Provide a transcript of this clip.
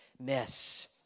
miss